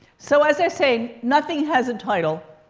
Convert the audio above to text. so as i say, nothing has a title.